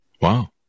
Wow